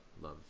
love